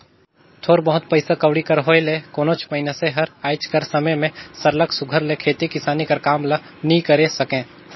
थोर बहुत पइसा कउड़ी कर होए ले कोनोच मइनसे हर आएज कर समे में सरलग सुग्घर ले खेती किसानी कर काम ल नी करे सके